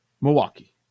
Milwaukee